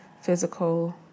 Physical